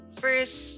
first